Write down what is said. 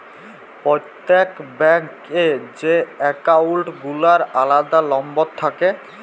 প্রত্যেক ব্যাঙ্ক এ যে একাউল্ট গুলার আলাদা লম্বর থাক্যে